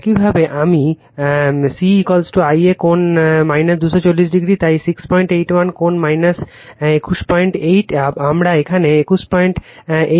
একইভাবে আমি c Ia কোণ 240o তাই 681 কোণ 218 আমরা এখানে 218o 240o পেয়েছি